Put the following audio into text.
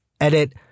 Edit